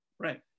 Right